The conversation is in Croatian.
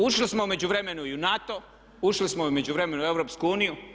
Ušli smo u međuvremenu i u NATO, ušli smo u međuvremenu i u EU.